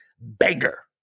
banger